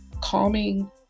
calming